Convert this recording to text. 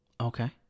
Okay